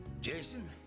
Jason